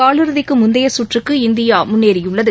கால் இறுதிக்கு முந்தைய சுற்றுக்கு இந்தியா முன்னேறியுள்ளது